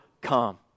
come